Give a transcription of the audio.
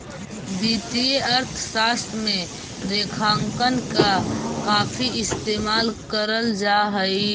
वित्तीय अर्थशास्त्र में रेखांकन का काफी इस्तेमाल करल जा हई